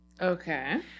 Okay